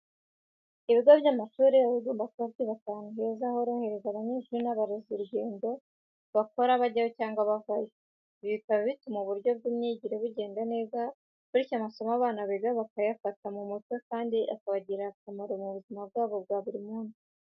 Ibigo by'amashuri biba bigomba kuba byubatse ahantu heza horohereza abanyeshuri n'abarezi urugendo bakora bajyayo cyangwa bavayo. Ibi bikaba bituma uburyo bw'imyigire bugenda neza, bityo amasomo abana biga bakayafata mu mutwe kandi akabagirira akamaro mu buzima bwabo bwa buri munsi.